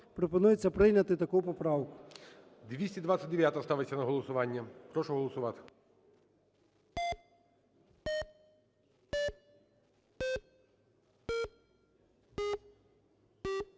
пропонується прийняти таку поправку. ГОЛОВУЮЧИЙ. 229-а ставиться на голосування. Прошу голосувати.